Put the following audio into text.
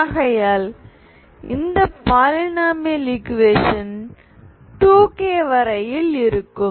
ஆகையால் இந்த polynomial equation 2k வரையில் இருக்கும்